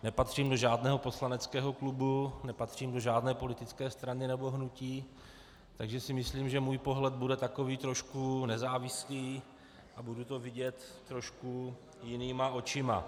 Nepatřím do žádného poslaneckého klubu, nepatřím do žádné politické strany nebo hnutí, takže si myslím, že můj pohled bude takový trošku nezávislý a budu to vidět trošku jinýma očima.